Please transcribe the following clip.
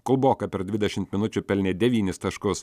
kulboka per dvidešimt minučių pelnė devynis taškus